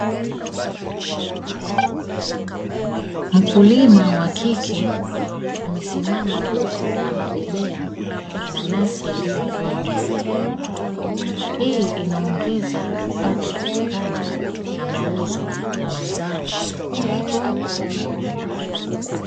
Mkulima wa kike amesimama huku amebebea mananasi yaliyovunwa, hii inaongeza kipato kutokana na mauzo ya mazao sokoni.